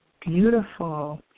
beautiful